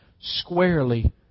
squarely